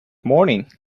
morning